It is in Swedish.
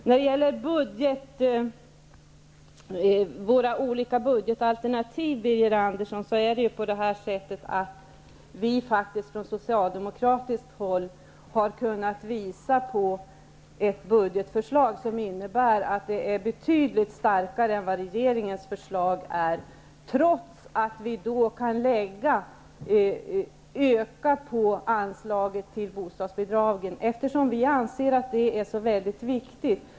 När det gäller våra olika budgetalternativ, Birger Andersson, är det faktiskt så att vi från socialdemokratiskt håll har kunnat uppvisa ett budgetförslag som är betydligt starkare än regeringens förslag, trots att vi ökar anslaget till bostadsbidrag, som vi anser vara väldigt viktigt.